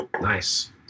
Nice